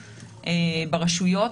ברשויות,